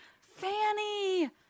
Fanny